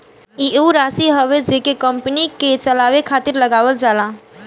ई ऊ राशी हवे जेके कंपनी के चलावे खातिर लगावल जाला